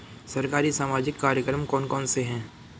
सरकारी सामाजिक कार्यक्रम कौन कौन से हैं?